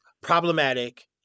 problematic